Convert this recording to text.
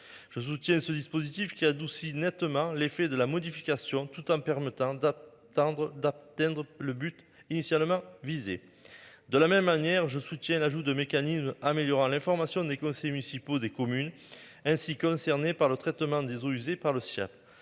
Je soutiens ce dispositif qui adoucit nettement l'effet de la modification tout en permettant. Tendre d'atteindre le but initialement visés. De la même manière, je soutiens l'ajout de mécanismes améliorant l'information des conseils municipaux des communes ainsi concernés par le traitement des eaux usées par le sien.